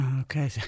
Okay